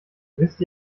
wisst